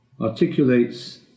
articulates